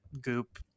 goop